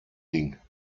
ding